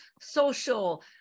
social